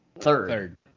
Third